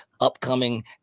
Upcoming